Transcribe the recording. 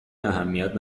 اهمیت